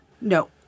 No